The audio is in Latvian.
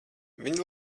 viņi